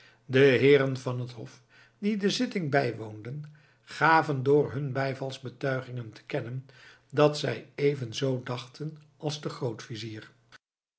de heeren van het hof die de zitting bijwoonden gaven door hun bijvalsbetuigingen te kennen dat zij evenzoo dachten als de